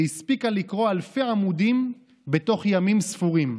והספיקה לקרוא אלפי עמודים בתוך ימים ספורים.